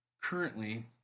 currently